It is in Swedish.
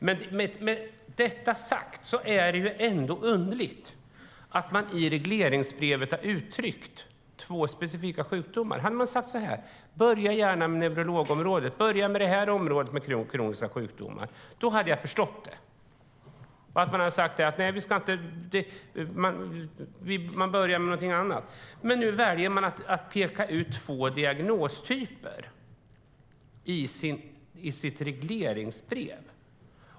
Med detta sagt är det ändå underligt att man i regleringsbrevet har uttryckt två specifika sjukdomar. Jag hade förstått om man hade sagt så här: Börja gärna med neurologområdet - börja med det här området med kroniska sjukdomar. Men nu väljer man att peka ut två diagnostyper i sitt regleringsbrev.